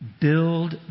build